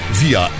via